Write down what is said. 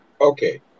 Okay